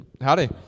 Howdy